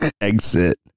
exit